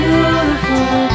Beautiful